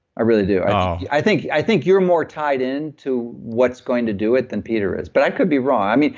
i really do. ah i think i think you're more tied in to what's going to do it than peter is, but i could be wrong.